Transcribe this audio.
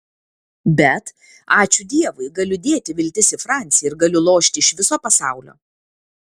bet ačiū dievui galiu dėti viltis į francį ir galiu lošti iš viso pasaulio